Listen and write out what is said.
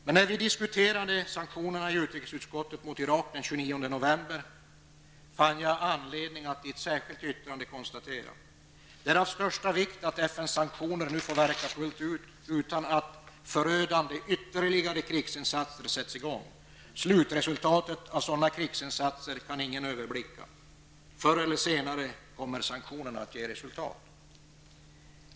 Men när vi diskuterade sanktionerna mot Irak i utrikesutskottet den 29 november, fann jag anledning att i ett särskilt yttrande konstatera: ''Det är av största vikt att FNs sanktioner nu får verka utan att förödande ytterligare krigsinsatser sätts i gång. Slutresultatet av sådana krigsinsatser kan ingen överblicka. Förr eller senare kommer sanktionerna att ge resultat.''